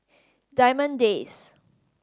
Diamond Days